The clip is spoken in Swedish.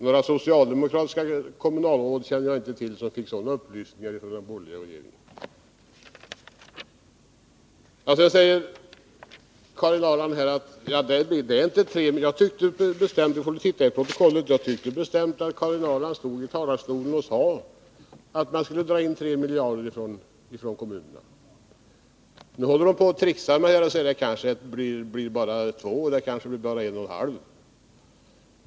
Några socialdemokratiska kommunalråd känner jag inte till som fick sådana upplysningar från den borgerliga regeringen. Karin Ahrland säger nu att det blir inte 3 miljarder. Jag tyckte bestämt att hon stod i talarstolen och sade att man skulle dra in 3 miljarder från kommunerna — vi får väl titta i protokollet. Nu håller hon på och tricksar och säger att det blir bara 2 miljarder eller kanske 1,5.